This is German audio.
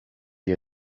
die